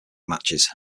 matches